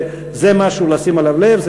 וזה משהו לשים אליו לב,